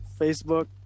Facebook